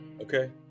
okay